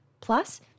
Plus